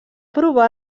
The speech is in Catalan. provar